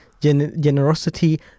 generosity